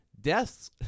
Deaths